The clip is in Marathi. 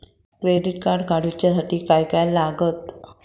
क्रेडिट कार्ड काढूसाठी काय काय लागत?